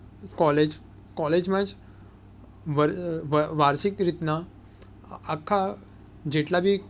college કોલેજમાં જ વાર્ષિક રીતના આખા જેટલા બી